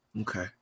Okay